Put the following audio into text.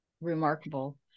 remarkable